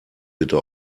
bitte